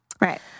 Right